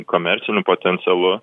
komerciniu potencialu